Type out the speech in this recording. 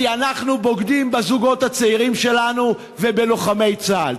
כי אנחנו בוגדים בזוגות הצעירים שלנו ובלוחמי צה"ל.